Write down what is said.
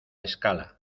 escala